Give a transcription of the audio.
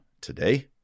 today